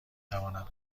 تواند